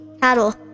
cattle